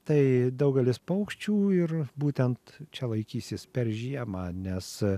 tai daugelis paukščių ir būtent čia laikysis per žiemą nes